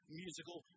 musical